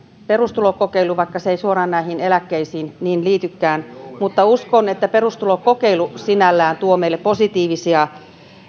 perustulokokeilu vaikka se ei suoraan näihin eläkkeisiin niin liitykään mutta uskon että perustulokokeilu sinällään tuo meille positiivisia